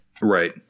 Right